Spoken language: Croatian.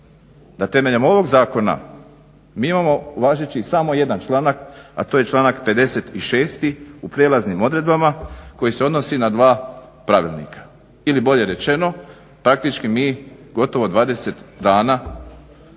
da temeljem ovog zakona mi imamo važeći samo jedan članak, a to je članak 56.u prijelaznim odredbama koji se odnosi na dva pravilnika ili bolje rečeno praktički mi gotovo 20 dana unutar